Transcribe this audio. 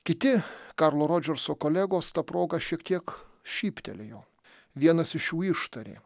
kiti karlo rodžeso kolegos ta proga šiek tiek šyptelėjo vienas iš jų ištarė